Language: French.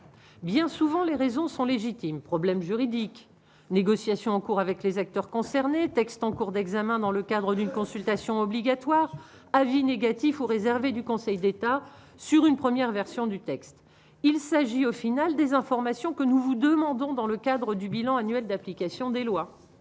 bien souvent, les raisons sont légitimes problèmes juridiques négociations en cours avec les acteurs concernés, textes en cours d'examen dans le cadre d'une consultation obligatoire avis négatifs ou réservés du Conseil d'État sur une première version du texte, il s'agit au final des informations que nous vous demandons, dans le cadre du bilan annuel d'application des lois,